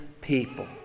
people